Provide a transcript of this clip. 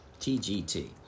TGT